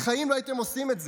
בחיים לא הייתם עושים את זה.